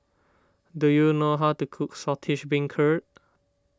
do you know how to cook Saltish Beancurd